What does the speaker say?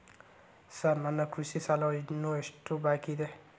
Sir ನನ್ನ ಕೃಷಿ ಸಾಲ ಇನ್ನು ಎಷ್ಟು ಬಾಕಿಯಿದೆ?